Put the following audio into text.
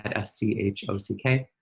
s c h o c k